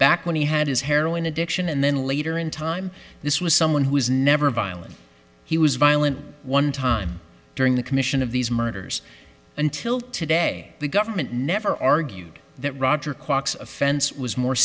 back when he had his heroin addiction and then later in time this was someone who was never violent he was violent one time during the commission of these murders until today the government never argued that roger quark's offense was more